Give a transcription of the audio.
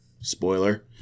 spoiler